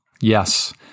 Yes